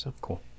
Cool